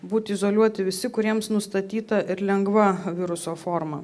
būti izoliuoti visi kuriems nustatyta ir lengva viruso forma